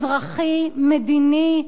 אזרחי, מדיני,